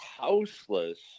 houseless